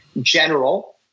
general